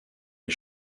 les